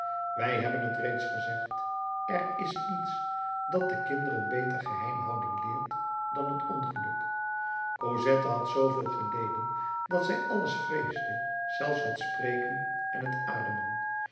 wij hebben het reeds gezegd er is niets dat de kinderen beter geheimhouding leert dan het ongeluk cosette had zoo veel geleden dat zij alles vreesde zelfs het spreken en het ademen